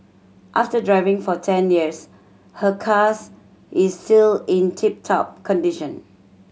after driving for ten years her cars is still in tip top condition